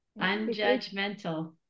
unjudgmental